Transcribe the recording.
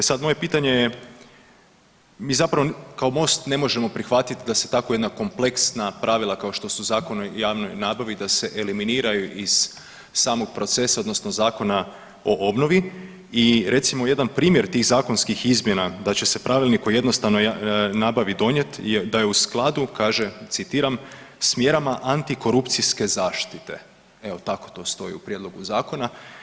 E sad moje pitanje je, mi zapravo kao MOST ne možemo prihvatiti da se tako jedna kompleksna pravila kao što su Zakon o javnoj nabavi da se eliminiraju iz samog procesa, odnosno Zakona o obnovi i recimo jedan primjer tih zakonskih izmjena da će se Pravilnik o jednostavnoj nabavi donijeti da je u skladu, kaže, citiram: „s mjerama antikorupcijske zaštite“, evo tako to stoji u prijedlogu Zakona.